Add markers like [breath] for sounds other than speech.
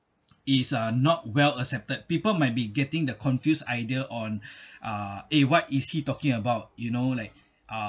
is uh not well accepted people might be getting the confused idea on [breath] uh eh what is he talking about you know like uh